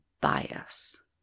bias